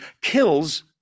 kills